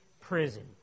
prison